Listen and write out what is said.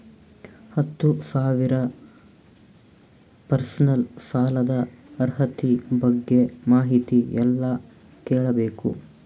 ಹತ್ತು ಸಾವಿರ ಪರ್ಸನಲ್ ಸಾಲದ ಅರ್ಹತಿ ಬಗ್ಗೆ ಮಾಹಿತಿ ಎಲ್ಲ ಕೇಳಬೇಕು?